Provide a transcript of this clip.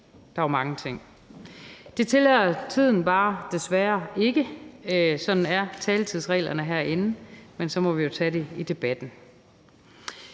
Der er mange ting at tale om; det tillader tiden desværre bare ikke, for sådan er taletidsreglerne herinde. Men så må vi jo tage det i debatten.